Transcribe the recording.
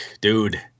dude